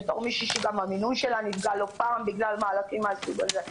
בתור מישהו שהמינון שלה נפגע לא פעם בגלל מהלכים מהסוג הזה,